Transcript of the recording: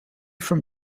from